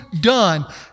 done